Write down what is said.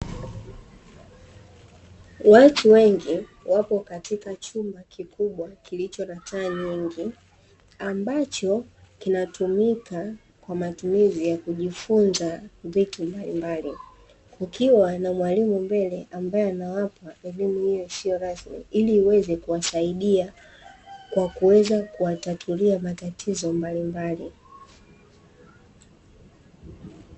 watu wengi wapo katika chumba kikubwa kilicho nataa nyingi ambacho kinatumika kwa matumizi ya kujifunza vitu mbalimbali, kukiwa na mwalimu mbele ambaye anawapa elimu hiyo isiyo rasmi ili iweze kuwasaidia kwa kuweza kuwatatulia matatizo mbalimbali.